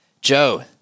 Joe